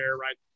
Right